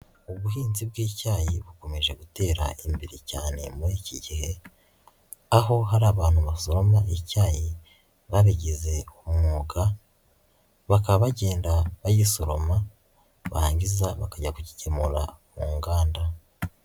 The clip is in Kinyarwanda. Ubuhinzi bw'icyayi bukomeje gutera imbere cyane muri iki gihe, aho hari abantu basoroma icyayi babigize umwuga bakaba bagenda bagisoroma, barangiza bakajya gukigemura mu nganda.